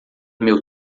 meu